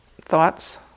thoughts